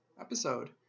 episode